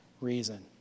reason